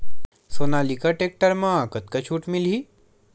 Sonalika tractor म कतका छूट मिलही?